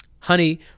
honey